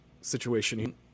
situation